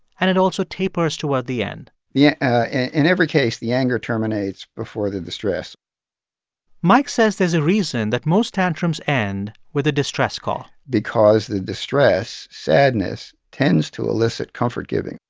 and it also tapers toward the end yeah in every case, the anger terminates before the distress mike says there's a reason that most tantrums end with a distress call because the distress, sadness, tends to elicit comfort-giving.